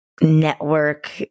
network